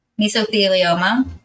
mesothelioma